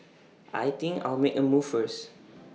I think I'll make A move first